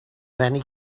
many